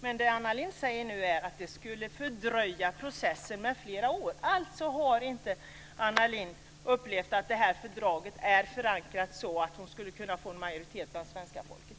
Men Anna Lindh säger nu att processen skulle fördröjas med flera år. Alltså har Anna Lindh inte upplevt att det här fördraget är så förankrat att hon skulle kunna få en majoritet hos svenska folket.